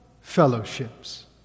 fellowships